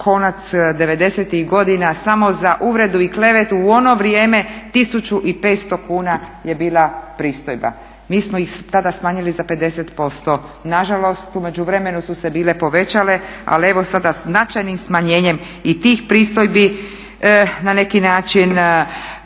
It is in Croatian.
konac '90-ih godina samo za uvredu i klevetu u ono vrijeme 1500 kuna je bila pristojba. Mi smo ih tada smanjili za 50%. Nažalost, u međuvremenu su se bile povećale ali evo sada značajnim smanjenjem i tih pristojbi na neki način